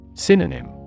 Synonym